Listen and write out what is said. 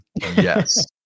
Yes